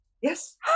yes